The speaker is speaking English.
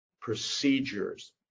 procedures